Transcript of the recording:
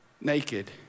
naked